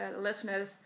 listeners